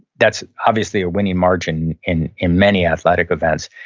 that's obviously a winning margin in in many athletic events.